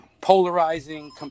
polarizing